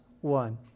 one